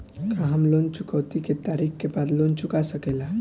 का हम लोन चुकौती के तारीख के बाद लोन चूका सकेला?